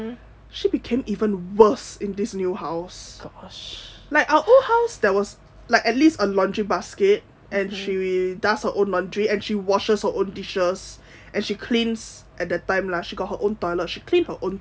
she became even worse in this new house like our old house there was like at least a laundry basket and she does her own laundry and she washes her own dishes and she cleans at that time lah she got her own toilet she clean her own toilet